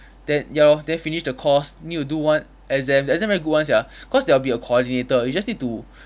then ya lor then finish the course need to do one exam the exam very good [one] sia cause there'll be a coordinator you just need to